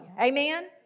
Amen